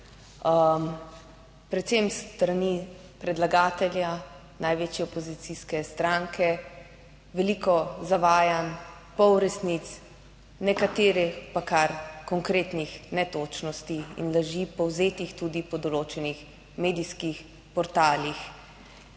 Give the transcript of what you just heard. predvsem s strani predlagatelja največje opozicijske stranke veliko zavajanj, pol resnic, nekateri pa kar konkretnih netočnosti in laži povzetih tudi po določenih medijskih portalih.